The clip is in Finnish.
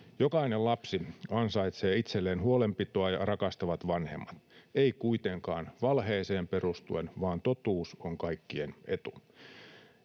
Jokainen lapsi ansaitsee itselleen huolenpitoa ja rakastavat vanhemmat, ei kuitenkaan valheeseen perustuen, vaan totuus on kaikkien etu.